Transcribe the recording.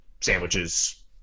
Sandwiches